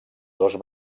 dos